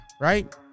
Right